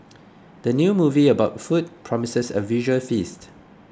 the new movie about food promises a visual feast